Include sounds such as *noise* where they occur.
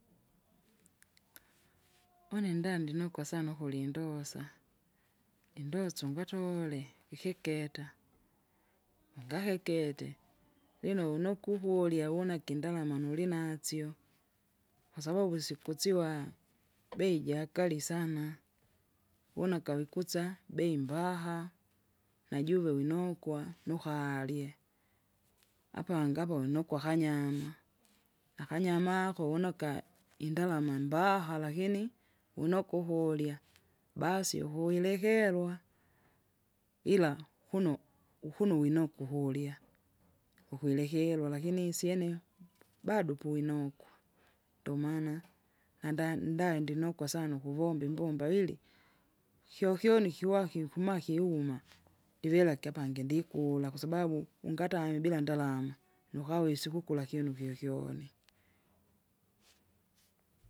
*noise* une nda ndinokwa sana ukuli indosa, indosa ungatole, ikiketa, ungakikete, *noise* lino wuno ukuhurya wunaki indalama nulinasyo. kwasababu kitsiwa, bei jakali sana, une akawikutsa bei mbaha, najuve winokwa nukalye, apa ngavo nukwa hanyama, nakanyama hako wunokai indalama mbaha lakini, unokuhulya, basi ukuilekerwa, ila kuno ukuno winoko uhulya, ukwilekerwa lakini isyene, pu- bado puinokwa. Ndomana, nanda- ndaninokwa sana ukuvomba imbomba ili, kyokyoni ikiwake ikuma kiuma, ndivelaki apangi ndikula kwasababu ungamye bila ndalama nukawesa ukukula kyunu kyokyoni.